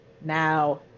now